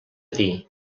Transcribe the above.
dir